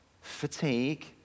fatigue